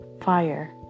fire